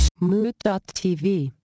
Mood.tv